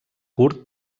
kurd